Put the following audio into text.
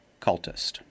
cultist